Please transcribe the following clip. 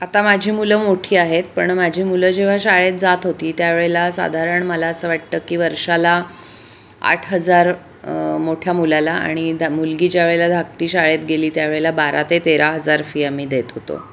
आता माझी मुलं मोठी आहेत पण माझी मुलं जेव्हा शाळेत जात होती त्यावेळेला साधारण मला असं वाटतं की वर्षाला आठ हजार मोठ्या मुलाला आणि धा मुलगी ज्यावेळेला धाकटी शाळेत गेली त्यावेळेला बारा ते तेरा हजार फी आम्ही देत होतो